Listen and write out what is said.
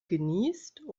geniest